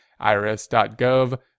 irs.gov